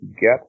get